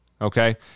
okay